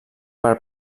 per